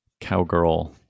cowgirl